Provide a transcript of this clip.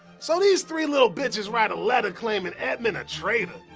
so these three lil bitches write a letter claimin edmond a traitor,